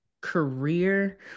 career